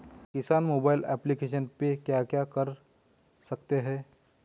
किसान mobile application पे क्या क्या कर सकते हैं?